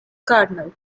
cardinal